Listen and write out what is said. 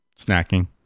snacking